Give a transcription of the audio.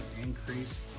increase